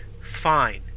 Fine